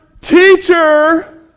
teacher